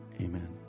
amen